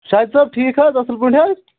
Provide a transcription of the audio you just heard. شاہِد صٲب ٹھیٖک حظ اَصٕل پٲٹھۍ حظ